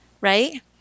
right